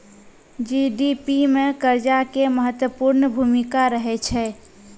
GDP मे कर्जा के महत्वपूर्ण भूमिका रहै छै